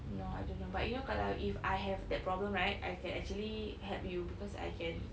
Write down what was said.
no I don't know but you know kalau if I have that problem right I can actually help you because I can